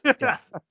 yes